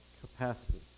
capacity